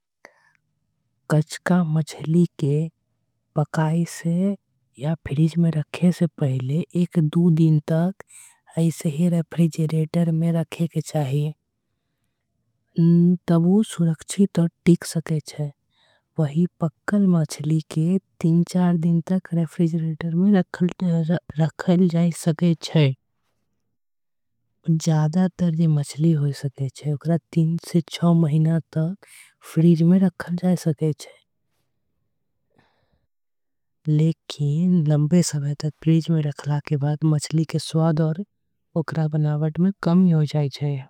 कचका मछली के पकाए के पहिले। एक दु दिन तक फ्रिज में रखे के चाही। त ऊ सुरक्षित आऊ टिक सके छे। पकल मछली मछली के तीन चार दिन। तक रखल जा सके छे जादातर जो मछली। होय सके छे ओकरा तीन से छह महीना। तक फ्रिज में रखल जाई सके छे लेकिन। मछली के जादा समय तक रखले। त ओकरा स्वाद म कमी आ जाय छे।